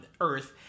Earth